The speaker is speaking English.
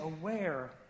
aware